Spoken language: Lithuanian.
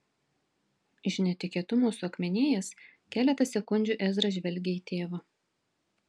iš netikėtumo suakmenėjęs keletą sekundžių ezra žvelgė į tėvą